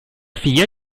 figlia